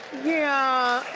yeah,